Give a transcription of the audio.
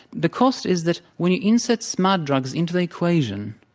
the cost is that when you insert smart drugs into the equation,